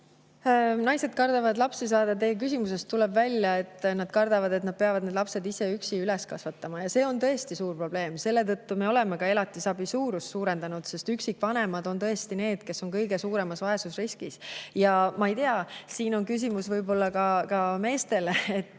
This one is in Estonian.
Naised kardavad lapsi saada – teie küsimusest tuleb välja, et nad kardavad, et nad peavad lapsed üksi üles kasvatama. See on tõesti suur probleem. Selle tõttu me oleme ka elatisabi suurust suurendanud, sest üksikvanemad on tõesti need, kes on kõige suuremas vaesusriskis. Ma ei tea, siin on küsimus ehk ka meestele, et